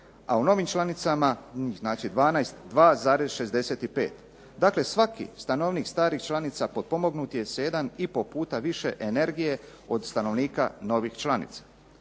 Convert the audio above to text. a u novim članicama znači 12, 2,65. Dakle, svaki stanovnik starih članica potpomognuti je sa 1,5 puta više energije od stanovnika novih članica.